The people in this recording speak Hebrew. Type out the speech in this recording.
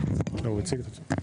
נציג משרד המשפטים.